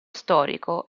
storico